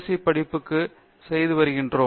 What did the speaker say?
C படிப்புக்கு செய்து வருகிறோம்